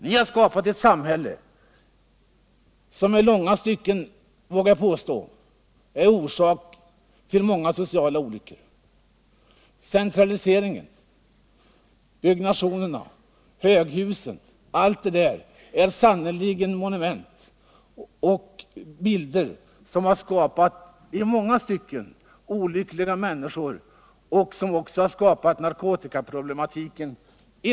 Ni har skapat ett samhälle som jag vågar påstå i långa stycken är orsak till åtskilliga sociala olyckor. Centraliseringen, byggnationerna med alla höghusen osv. har sannerligen i mycket bidragit till att skapa olyckliga människor och också i en hel del fall narkotikaproblematiken.